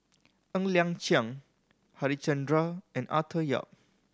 Ng Liang Chiang Harichandra and Arthur Yap